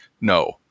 no